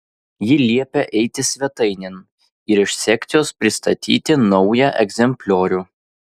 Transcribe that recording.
ji liepia eiti svetainėn ir iš sekcijos pristatyti naują egzempliorių